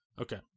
Okay